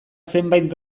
zenbait